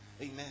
amen